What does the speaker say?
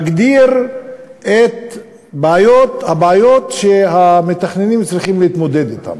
הוא מגדיר את הבעיות שהמתכננים צריכים להתמודד אתן.